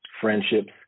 friendships